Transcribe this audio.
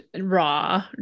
raw